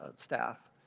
and staff.